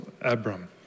Abram